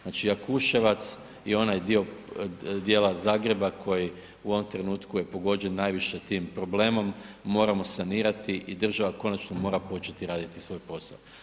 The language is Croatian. Znači Jakuševac i onaj dio djela Zagreba koji u ovom trenutku je pogođen najviše tim problemom, moramo sanirati i država konačno mora početi raditi svoj posao.